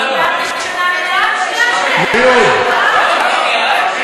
מי עוד?